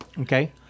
Okay